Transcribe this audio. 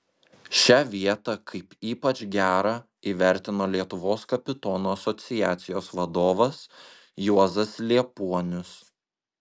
šią vietą kaip ypač gerą įvertino lietuvos kapitonų asociacijos vadovas juozas liepuonius